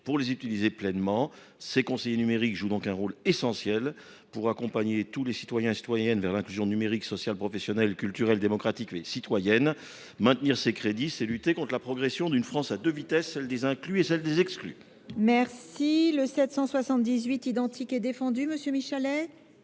pouvoir les utiliser pleinement. Ces conseillers numériques jouent donc un rôle essentiel dans l’accompagnement de tous les citoyens et citoyennes vers l’inclusion numérique, sociale, professionnelle, culturelle, démocratique et citoyenne. Maintenir ces crédits, c’est lutter contre la progression d’une France à deux vitesses : celle des inclus et celle des exclus. La parole est à M. Damien Michallet,